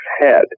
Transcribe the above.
head